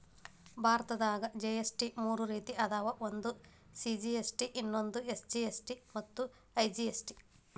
ಭಾರತದಾಗ ಜಿ.ಎಸ್.ಟಿ ಮೂರ ರೇತಿ ಅದಾವ ಒಂದು ಸಿ.ಜಿ.ಎಸ್.ಟಿ ಇನ್ನೊಂದು ಎಸ್.ಜಿ.ಎಸ್.ಟಿ ಮತ್ತ ಐ.ಜಿ.ಎಸ್.ಟಿ